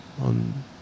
on